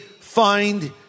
find